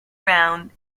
round